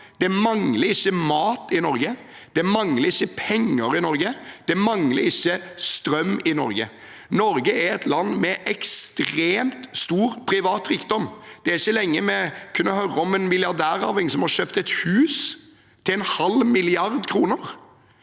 Det mangler ikke mat i Norge. Det mangler ikke penger i Norge. Det mangler ikke strøm i Norge. Norge er et land med ekstremt stor privat rikdom. Det er ikke lenge siden vi kunne høre om en milliardærarving som hadde kjøpt et hus til en halv milliard kroner.